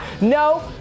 No